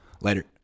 Later